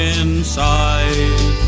inside